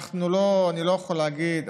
אני לא יכול להגיד.